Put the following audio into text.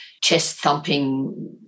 chest-thumping